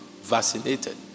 vaccinated